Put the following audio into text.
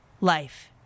life